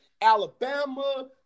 Alabama